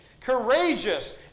Courageous